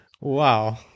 Wow